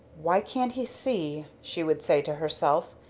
why can't he see, she would say to herself,